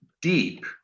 deep